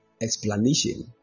explanation